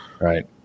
Right